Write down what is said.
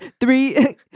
three